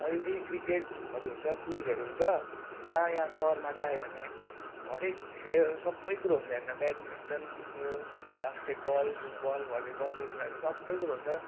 अलिअलि क्रिकेटहरू हुन्छ क्विजहरू हुन्छ जहाँ यहाँ सहरमा चाहिँ आयो भने हरेक सबै कुरो हुन्छ यहाँनिर ब्याडमिन्टन यो बास्केट बल फुटबल भलिबलदेखि लिएर सबै कुरो हुन्छ